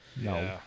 No